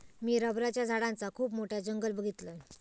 मी रबराच्या झाडांचा खुप मोठा जंगल बघीतलय